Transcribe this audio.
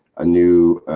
a new.